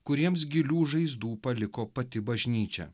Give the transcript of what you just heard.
kuriems gilių žaizdų paliko pati bažnyčia